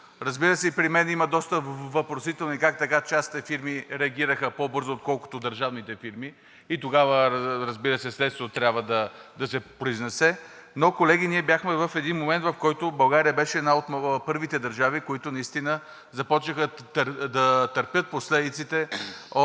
Разбира се, при мен има доста въпросителни – как така частните фирми реагираха по-бързо, отколкото държавните фирми, и тогава, разбира се, следствието трябва да се произнесе. Колеги, ние бяхме в един момент, в който България беше една от първите държави, които наистина започнаха да търпят последиците от